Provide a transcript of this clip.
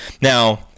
Now